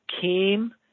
came